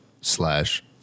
slash